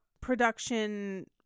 production